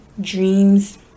dreams